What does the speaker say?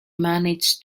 manage